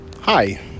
Hi